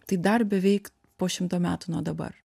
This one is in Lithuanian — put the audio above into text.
tai dar beveik po šimto metų nuo dabar